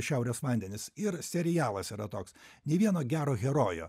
šiaurės vandenys ir serialas yra toks nė vieno gero herojo